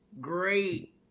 great